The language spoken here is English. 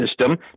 system